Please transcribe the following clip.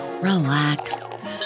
relax